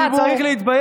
אתה צריך להתבייש,